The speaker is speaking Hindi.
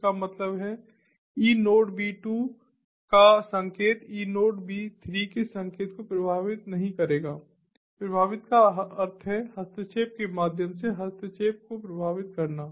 इसका मतलब है eNodeB 2 का संकेत eNodeB 3 के संकेत को प्रभावित नहीं करेगा प्रभावित का अर्थ है हस्तक्षेप के माध्यम से हस्तक्षेप को प्रभावित करना